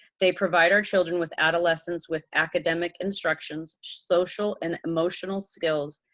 they provide our children with adolescents with academic instructions, social and emotional skills,